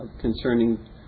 concerning